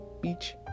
Beach